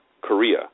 Korea